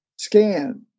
scan